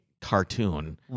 cartoon